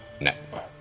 Network